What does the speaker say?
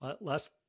Last